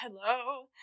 hello